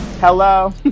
hello